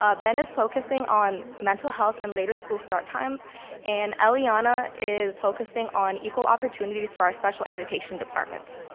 ah ben is focusing on mental health and later school start times and eliana is focusing on equal opportunities for our special education department.